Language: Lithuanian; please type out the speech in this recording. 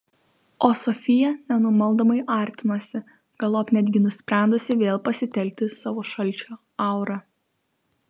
o sofija nenumaldomai artinosi galop netgi nusprendusi vėl pasitelkti savo šalčio aurą